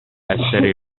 essere